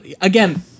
Again